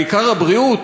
העיקר הבריאות?